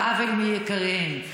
באבל על יקיריהן,